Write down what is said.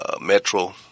Metro